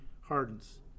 hardens